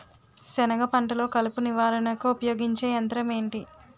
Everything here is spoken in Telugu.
సెనగ పంటలో కలుపు నివారణకు ఉపయోగించే యంత్రం ఏంటి?